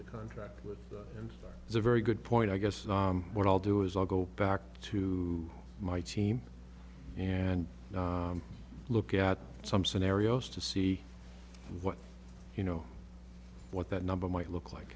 the contract with and it's a very good point i guess what i'll do is i'll go back to my team and look at some scenarios to see what you know what that number might look like